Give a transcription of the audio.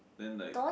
then like